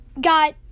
got